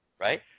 right